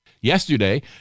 Yesterday